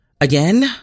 Again